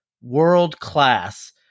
world-class